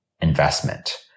investment